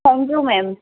thank you ma'am